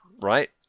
right